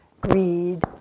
greed